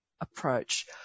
approach